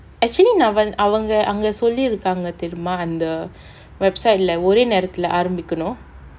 actually நா வந்~ அவங்க அங்க சொல்லி இருக்காங்க தெரியுமா அந்த:naa vant~ avanga anga solli irukaanga theriyumaa antha website leh ஒரே நேரத்துல ஆரம்பிக்கனும்:orae nerathula aarambikkanum